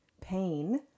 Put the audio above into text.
pain